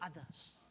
others